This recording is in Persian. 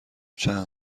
چند